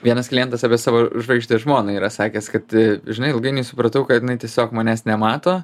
vienas klientas apie savo žvaigždę žmoną yra sakęs kad žinai ilgainiui supratau kad jinai tiesiog manęs nemato